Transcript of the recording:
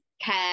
care